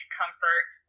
comfort